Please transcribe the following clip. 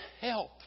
help